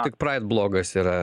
tik praid blogas yra